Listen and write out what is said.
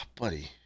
Buddy